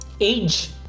age